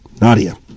Nadia